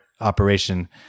operation